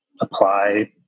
apply